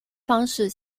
方式